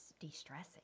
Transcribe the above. de-stressing